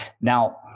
Now